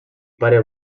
pare